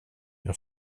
jag